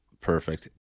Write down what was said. Perfect